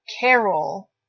carol